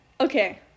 Okay